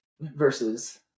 versus